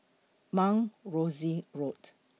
Mount Rosie Road